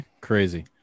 Crazy